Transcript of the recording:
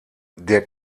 der